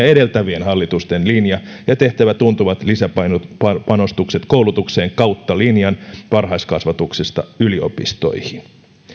edeltävien hallitusten linja ja tehtävä tuntuvat lisäpanostukset koulutukseen kautta linjan varhaiskasvatuksesta yliopistoihin